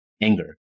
anger